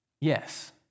Yes